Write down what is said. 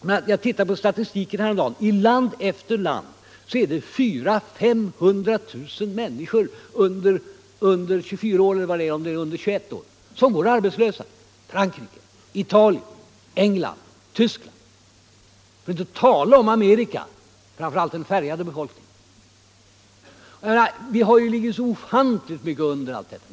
Jag har tittat på statistiken och funnit att i land efter land går 400 000 å 500 000 människor under 20-årsåldern arbetslösa — det gäller Frankrike, Italien, England och Tyskland, för att inte tala om Amerika och framför allt den färgade befolkningen där. Vi ligger ju så ofantligt långt under dessa siffror.